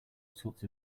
sorts